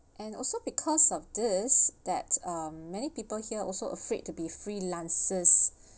and also because of this that um many people here also afraid to be freelancers